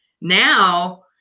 Now